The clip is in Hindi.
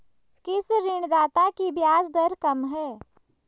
किस ऋणदाता की ब्याज दर कम है?